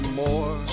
more